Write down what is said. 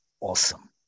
Awesome